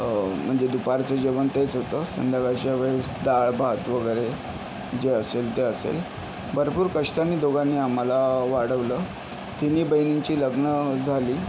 म्हणजे दुपारचं जेवण तेच होतं संध्याकाळच्या वेळेस डाळ भात वगैरे जे असेल ते असेल भरपूर कष्टांनी दोघांनी आम्हाला वाढवलं तिन्ही बहिणींची लग्नं झाली